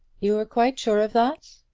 you're quite sure of that?